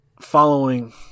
following